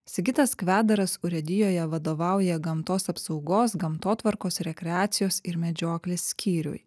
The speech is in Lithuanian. sigitas kvedaras urėdijoje vadovauja gamtos apsaugos gamtotvarkos rekreacijos ir medžioklės skyriui